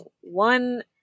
one